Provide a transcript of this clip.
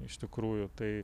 iš tikrųjų tai